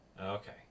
Okay